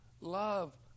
Love